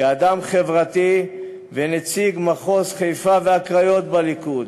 כאדם חברתי וכנציג מחוז חיפה והקריות בליכוד,